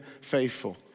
faithful